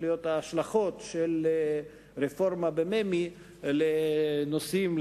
להיות ההשלכות של רפורמה בממ"י על נושאים,